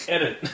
Edit